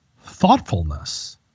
thoughtfulness